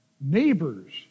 Neighbors